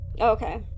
okay